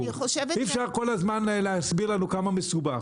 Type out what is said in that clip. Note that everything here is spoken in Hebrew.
אי אפשר כל הזמן להסביר לנו כמה מסובך.